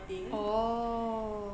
oh